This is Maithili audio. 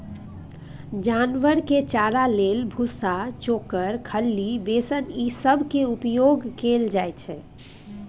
जानवर के चारा लेल भुस्सा, चोकर, खल्ली, बेसन ई सब केर उपयोग कएल जाइ छै